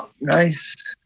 nice